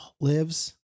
lives